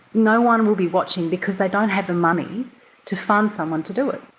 no one and will be watching because they don't have the money to fund someone to do it.